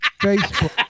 Facebook